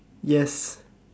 yes